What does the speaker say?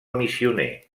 missioner